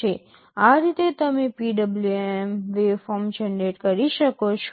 આ રીતે તમે PWM વેવફોર્મ જનરેટ કરી શકો છો